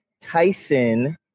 tyson